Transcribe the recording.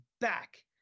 back